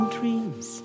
dreams